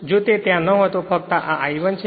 જો તે ત્યાં ન હોય તો આ ફક્ત I 1 છે